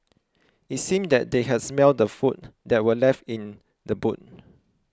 it seemed that they had smelt the food that were left in the boot